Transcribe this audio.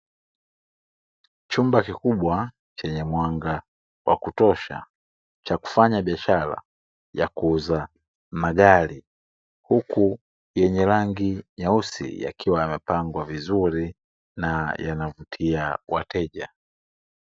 Chumba kikubwa chenye mwanga wa kutosha cha kufanya biashara ya kuuza magari, huku yenye rangi nyeusi yakiwa yamepangwa vizuri na yanavutia wateja.